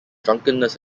drunkenness